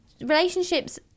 relationships